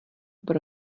pro